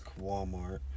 Walmart